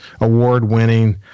award-winning